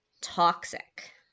toxic